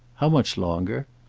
how much longer?